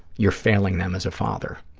you're failing them as a father.